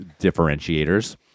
differentiators